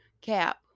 cap